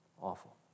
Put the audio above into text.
Awful